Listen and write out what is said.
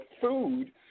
food